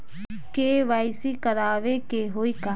KYC करावे के होई का?